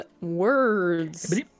words